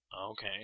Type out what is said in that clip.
Okay